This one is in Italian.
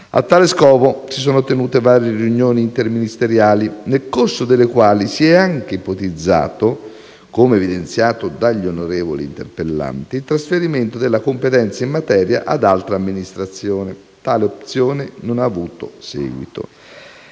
A tale scopo, si sono tenute varie riunioni interministeriali, nel corso delle quali si è anche ipotizzato - come evidenziato dagli onorevoli interpellanti - il trasferimento della competenza in materia ad altra amministrazione. Tale opzione non ha avuto seguito.